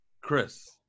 Chris